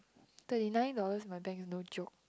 thirty nine dollars in my bank is no joke